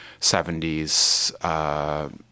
70s